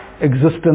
existence